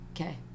Okay